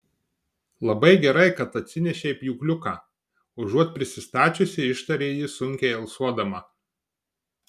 labai gerai kad atsinešei pjūkliuką užuot prisistačiusi ištarė ji sunkiai alsuodama